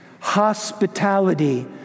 hospitality